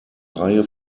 reihe